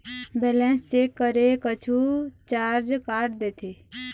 Balance check करें कुछू charge काट देथे?